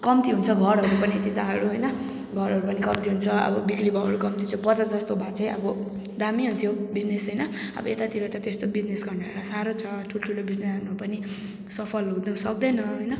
कम्ती हुन्छ घरहरू पनि यताहरू होइन घरहरू पनि कम्ती हुन्छ अब बिक्री भाउहरू कम्ति छ बजार जस्तो भए चाहिँ अब दामी हुन्थ्यो बिजिनेस होइन अब यता तिर त त्यस्तो बिजिनेस गर्नेहरूलाई साह्रो छ ठुल्ठुलो बिजिनेसहरू सफल हुन सक्दैन होइन